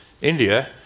India